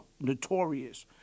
notorious